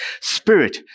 Spirit